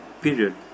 period